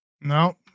No